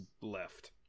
left